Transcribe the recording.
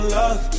love